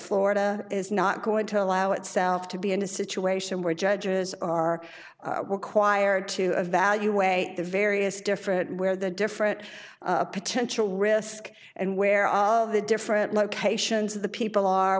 florida is not going to allow itself to be in a situation where judges are required to evaluate the various different where the different potential risk and where are the different locations the people are